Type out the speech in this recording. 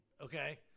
okay